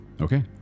okay